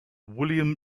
william